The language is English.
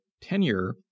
tenure